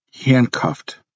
handcuffed